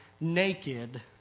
naked